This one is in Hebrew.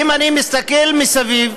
אם אני מסתכל מסביב,